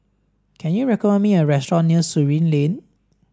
can you recall me a restaurant near Surin Lane